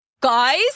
Guys